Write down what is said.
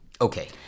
Okay